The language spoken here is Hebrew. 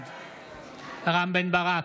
בעד רם בן ברק,